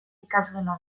ikasgelan